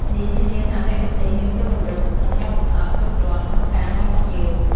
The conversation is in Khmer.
នេះធានាថាមគ្គុទ្ទេសក៍មានគុណវុឌ្ឍិ និងបទពិសោធន៍គ្រប់គ្រាន់ក្នុងការនាំភ្ញៀវ។